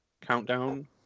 countdown